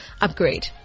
upgrade